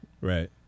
right